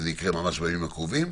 וזה יקרה ממש בימים הקרובים,